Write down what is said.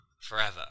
forever